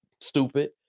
stupid